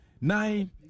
nine